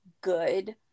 good